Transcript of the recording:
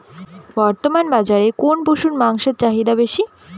বর্তমান বাজারে কোন পশুর মাংসের চাহিদা বেশি?